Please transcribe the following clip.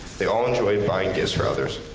they all enjoyed buying gifts for others.